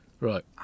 Right